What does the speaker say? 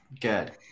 Good